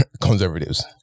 conservatives